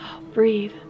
Breathe